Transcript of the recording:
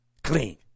clean